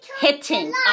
hitting